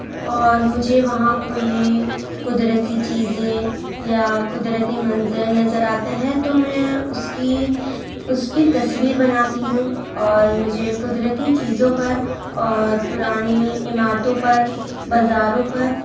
اور مجھے وہاں کوئی قدرتی چیزیں یا قدرتی منظر نظر آتا ہے تو میں اس کی اس کی تصویر بناتی ہوں اور مجھے قدرتی چیزوں پر اور پرانی عمارتوں پر بازارو پر